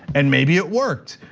and maybe it worked.